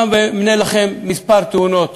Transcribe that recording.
אמנה לכם כמה תאונות